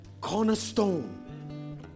Cornerstone